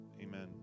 amen